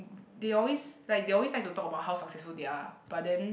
they always like they always like to talk about how successful they are but then